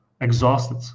exhausted